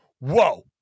whoa